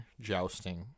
jousting